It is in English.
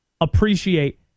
appreciate